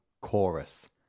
chorus